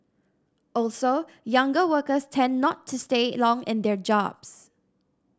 also younger workers tend not to stay long in their jobs